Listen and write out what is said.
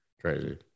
Crazy